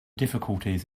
difficulties